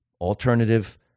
alternative